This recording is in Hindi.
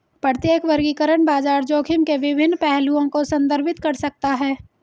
प्रत्येक वर्गीकरण बाजार जोखिम के विभिन्न पहलुओं को संदर्भित कर सकता है